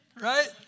Right